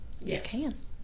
Yes